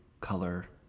color